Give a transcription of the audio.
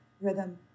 rhythm